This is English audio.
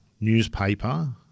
newspaper